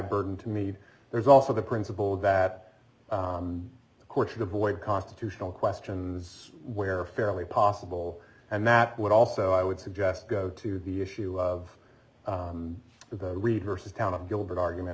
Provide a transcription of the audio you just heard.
burden to me there's also the principle that the court should avoid constitutional questions where fairly possible and that would also i would suggest go to the issue of the readers down of gilbert argument